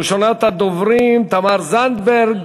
ראשונת הדוברים, תמר זנדברג,